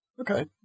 Okay